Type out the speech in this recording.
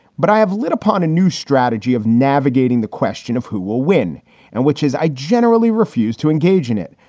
but i have hit upon a new strategy of navigating the question of who will win and which is i generally refuse to engage in it.